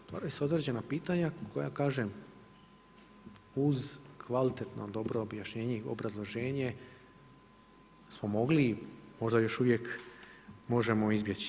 Otvaraju se određena pitanja, koja kažem, uz kvalitetno dobro objašnjenje i obrazloženje smo mogli, možda još uvijek možemo, izbjeći.